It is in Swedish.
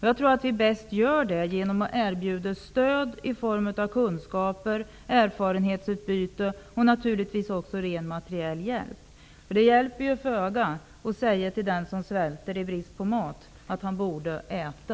Jag tror att vi bäst gör det genom att erbjuda stöd i form av kunskaper, erfarenhetsutbyte och naturligtvis ren materiell hjälp. Det hjälper föga att säga till den som svälter i brist på mat att han borde äta.